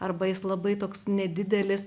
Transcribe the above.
arba jis labai toks nedidelis